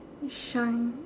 shine